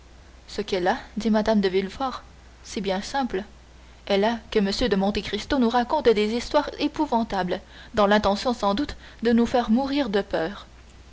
ce qu'elle a dit mme de villefort c'est bien simple elle a que m de monte cristo nous raconte des histoires épouvantables dans l'intention sans doute de nous faire mourir de peur